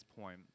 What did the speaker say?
point